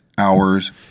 hours